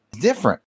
different